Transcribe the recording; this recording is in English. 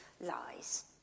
lies